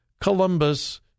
Columbus